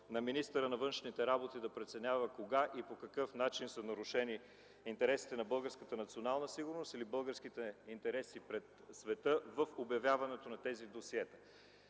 на министъра на външните работи да преценява кога и по какъв начин са нарушени интересите на българската национална сигурност или българските интереси пред света в обявяването на тези досиета.